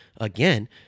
again